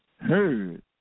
heard